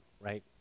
right